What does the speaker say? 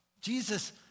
Jesus